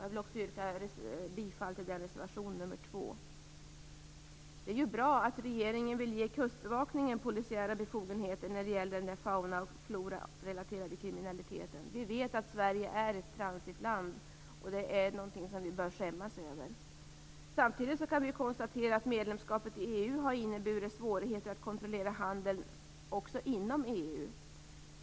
Jag vill också yrka bifall till den reservationen, nr 2. Det är bra att regeringen vill ge Kustbevakningen polisiära befogenheter när det gäller den fauna och florarelaterade kriminaliteten. Samtidigt kan vi konstatera att medlemskapet i EU har inneburit svårigheter att kontrollera handeln också inom EU.